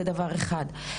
זה דבר אחד.